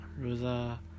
Rosa